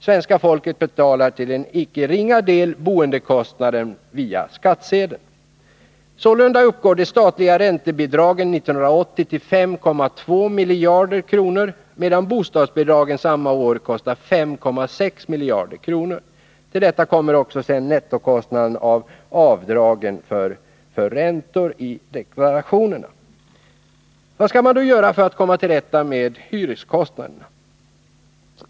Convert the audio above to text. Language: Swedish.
Svenska folket betalar till en icke ringa del boendekostnaden via skattsedeln. Sålunda uppgår de statliga räntebidragen 1980 till 5,2 miljarder kronor, medan bostadsbidragen samma år kostar 5,6 miljarder kronor. Till detta kommer nettokostnaden av avdragen för räntor i deklarationen. Vad skall man då göra för att komma till rätta med de stora hyreskostnaderna?